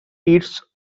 its